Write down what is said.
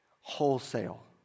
Wholesale